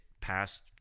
past